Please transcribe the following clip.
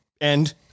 and-